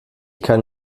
kann